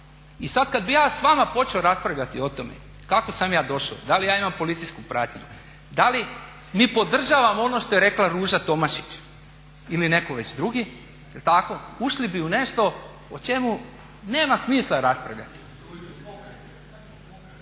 I sad kad bih ja s vama počeo raspravljati o tome kako sam ja došao, da li ja imam policijsku pratnju, da li mi podržavamo ono što je rekla Ruža Tomašić ili netko već drugi, ušli bi u nešto o čemu nema smisla raspravljati.